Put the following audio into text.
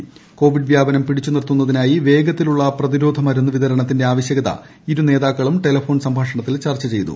ക്ട്രോവ്കിഡ് വ്യാപനം പിടിച്ചുനിർത്തുന്ന തിനായി വേഗത്തിലുള്ളൂ പ്രതിരോധ മരുന്ന് വിതരണത്തിന്റെ ആവശ്യകത ഇരുനേതാക്കളും ടെലിഫോൺ സംഭാഷണത്തിൽ ചർച്ച ചെയ്തു